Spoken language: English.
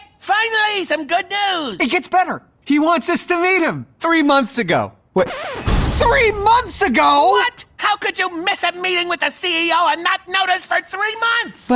finally, some good news. it gets better. he wants us to meet him, three months ago! three months ago! what? how could you miss a meeting with the ceo and not notice for three months!